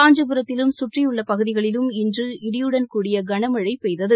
காஞ்சிபுரத்திலும் சுற்றியுள்ள பகுதிகளிலும் இன்று இடியுடன் கூடிய கன மழை பெய்தது